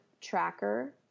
tracker